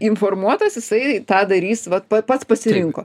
informuotas jisai tą darys va pa pats pasirinko